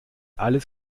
alles